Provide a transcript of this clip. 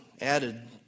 added